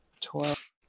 Twelve